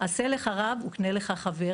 עֲשֵׂה לְךָ רַב וּקְנֵה לְךָ חָבֵר